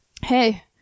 hey